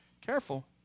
Careful